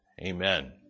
Amen